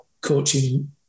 coaching